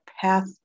path